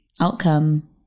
outcome